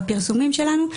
בפרסומים שלנו.